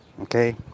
Okay